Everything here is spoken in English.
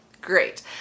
great